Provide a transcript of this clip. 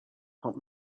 help